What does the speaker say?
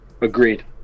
Agreed